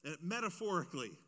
Metaphorically